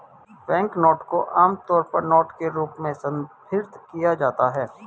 banknote को आमतौर पर नोट के रूप में संदर्भित किया जाता है